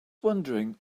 wondering